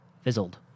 Fizzled